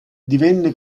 divenne